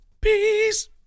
Peace